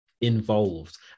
involved